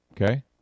Okay